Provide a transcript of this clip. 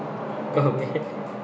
okay